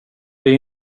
det